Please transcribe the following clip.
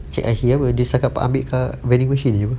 check I_C apa dia cakap ambil kat vending machine jer apa